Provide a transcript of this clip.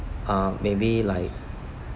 uh maybe like